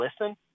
listen